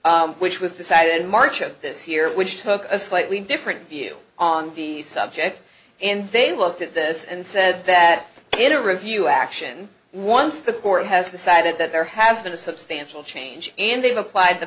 carson's which was decided in march of this year which took a slightly different view on the subject and they looked at this and said that in a review action once the court has decided that there has been a substantial change and they've applied the